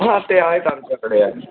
हां ते आहेत आमच्याकडे आहेत